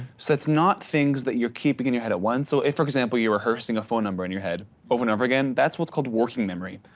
so it's not things that you're keeping in your head at one. so if for example, you're rehearsing phone number in your head over and over again, that's what's called working memory.